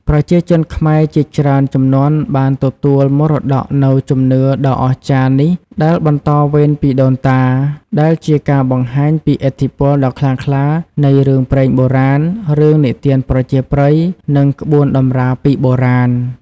ប្រជាជនខ្មែរជាច្រើនជំនាន់បានទទួលមរតកនូវជំនឿដ៏អស្ចារ្យនេះដែលបន្តវេនពីដូនតា ដែលជាការបង្ហាញពីឥទ្ធិពលដ៏ខ្លាំងក្លានៃរឿងព្រេងបុរាណ រឿងនិទានប្រជាប្រិយ និងក្បួនតម្រាពីបុរាណ។